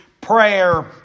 prayer